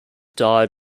died